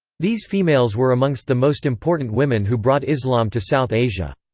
these females were amongst the most important women who brought islam to south asia.